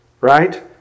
right